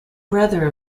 brother